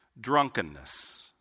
drunkenness